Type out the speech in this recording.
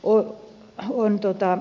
on luonteeltaan